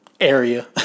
area